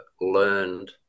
learned